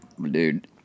Dude